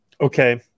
Okay